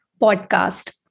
podcast